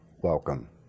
welcome